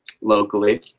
locally